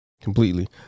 completely